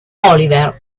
oliver